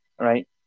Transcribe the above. right